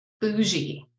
Bougie